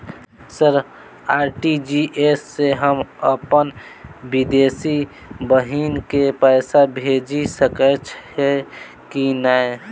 Sir RTGS सँ हम अप्पन विदेशी बहिन केँ पैसा भेजि सकै छियै की नै?